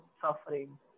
suffering